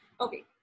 Okay